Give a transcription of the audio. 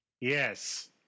Yes